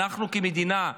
אנחנו כמדינה,